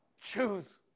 Choose